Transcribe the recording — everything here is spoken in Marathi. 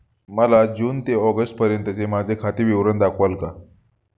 मला जून ते ऑगस्टपर्यंतचे माझे खाते विवरण दाखवाल का?